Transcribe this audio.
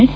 S